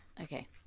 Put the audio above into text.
Okay